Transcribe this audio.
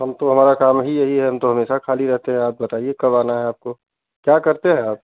हम तो हमारा काम ही यही है हम तो हमेशा खाली रहते हैं आप बताइए कब आना है आपको क्या करते हैं आप